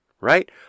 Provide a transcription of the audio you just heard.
right